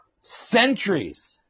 centuries